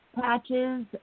patches